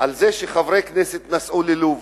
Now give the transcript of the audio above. על זה שחברי כנסת נסעו ללוב,